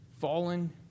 fallen